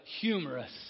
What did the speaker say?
humorous